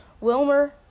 Wilmer